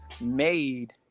made